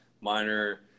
minor